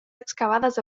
excavades